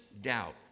doubt